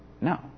No